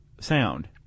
sound